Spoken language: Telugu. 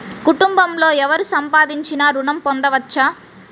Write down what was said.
కుటుంబంలో ఎవరు సంపాదించినా ఋణం పొందవచ్చా?